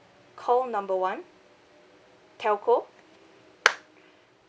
call number one telco